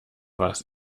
was